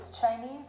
Chinese